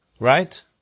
Right